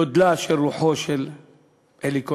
מגודל רוחו של אלי כהן.